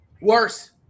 Worse